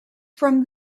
from